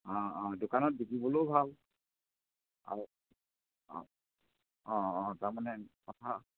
অঁ অঁ দোকানত বিকিবলৈয়ো ভাল আৰু অঁ অঁ অঁ তাৰমানে কথা